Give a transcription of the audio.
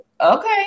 Okay